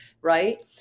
Right